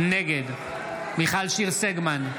נגד מיכל שיר סגמן,